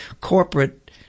corporate